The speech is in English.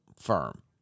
firm